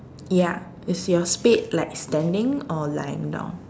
ya is your spade like standing or lying down